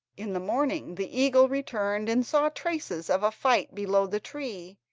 in the morning the eagle returned and saw traces of a fight below the tree,